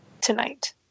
tonight